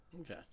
Okay